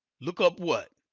look up what?